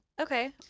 Okay